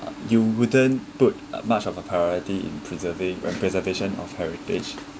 you wouldn't put uh much of a priority in preserving when preservation of heritage